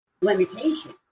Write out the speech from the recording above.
limitation